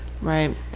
right